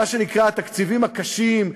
מה שנקרא "התקציבים הקשים",